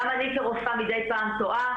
גם אני כרופאה מדי פעם טועה,